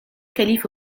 calife